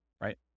right